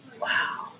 Wow